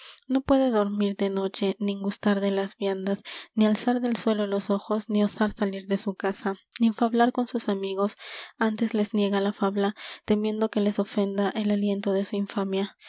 no puede dormir de noche nin gustar de las viandas ni alzar del suelo los ojos ni osar salir de su casa nin fablar con sus amigos antes les niega la fabla temiendo que les ofenda el aliento de su infamia